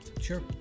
Sure